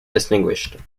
distinguished